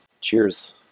Cheers